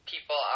people